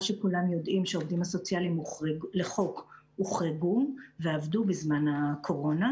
שכולם יודעים שהעובדים הסוציאליים לחוק הוחרגו ועבדו בזמן הקורונה,